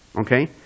Okay